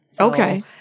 Okay